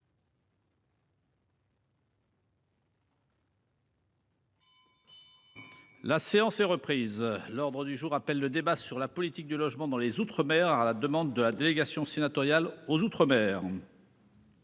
La séance est reprise. L'ordre du jour appelle le débat sur la politique du logement dans les outre-mer à la demande de la délégation sénatoriale aux outre-mer.--